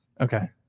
Okay